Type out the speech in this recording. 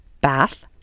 Bath